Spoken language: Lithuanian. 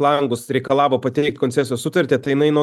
langus reikalavo pateikt koncesijos sutartį tai jinai nuo